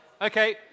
Okay